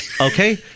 Okay